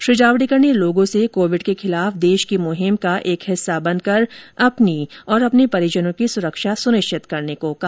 श्री जावडेकर ने लोगों से कोविड के खिलाफ देश की मुहिम का एक हिस्सा बनकर अपनी और अपने परिजनों की सुरक्षा सुनिश्चित करने को कहा